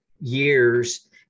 years